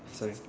sorry